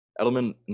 Edelman